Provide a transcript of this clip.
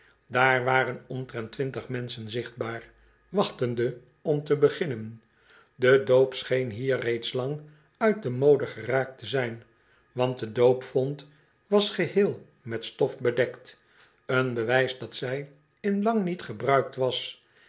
daar waren omtrent twintig menschen zichtbaar wachtende om te beginnen de doop scheen hier reeds lang uit de mode geraakt te zijn want de doopvont was geheel met stof bedekt een bewijs dat zij in lang niet gebruikt was